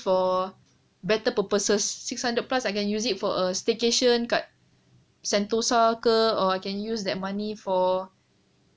for better purposes six hundred plus I can use it for a staycation kat sentosa ke or I can use that money for